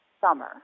summer